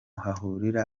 hahurira